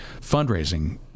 fundraising